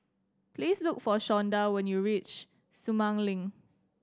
please look for Shawnda when you reach Sumang Link